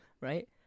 Right